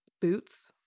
Boots